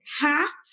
hacked